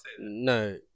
No